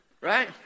right